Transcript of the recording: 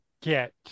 get